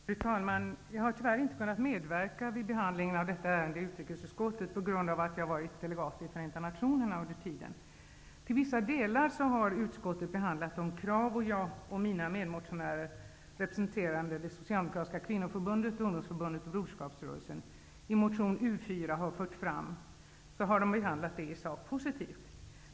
Fru talman! Jag har tyvärr inte kunnat medverka vid behandlingen av detta ärende i utrikesutskottet på grund av att jag har varit delegat i Förenta nationerna. Till vissa delar har utskottet i huvudsak positivt behandlat de krav som jag och mina medmotionärer -- representerande det socialdemokratiska kvinnoförbundet, ungdomsförbundet och broderskapsrörelsen -- har fört fram i motion U4.